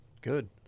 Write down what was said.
good